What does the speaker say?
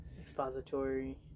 expository